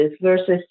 versus